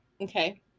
okay